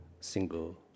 single